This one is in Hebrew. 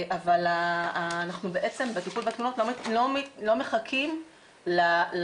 אבל אנחנו בעצם בטיפול לא מחכים לסוף